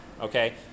okay